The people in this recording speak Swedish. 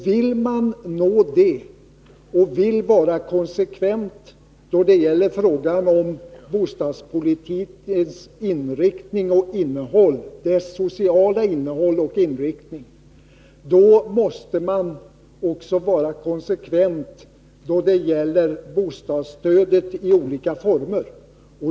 Vill man nå det målet, och vill man vara konsekvent då det gäller bostadspolitikens sociala innehåll och inriktning, måste man också vara konsekvent då det gäller bostadsstödet i olika former.